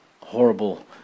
horrible